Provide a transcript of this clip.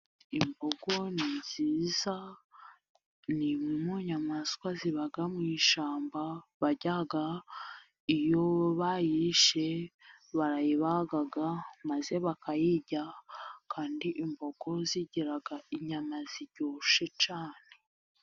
Imbogo ni nziza nimwe mu nyamaswa ziba mu ishyamba barya iyo bayishe barayibaga maze bakayirya kandi imbogo zigira inyama ziryoshe cyane.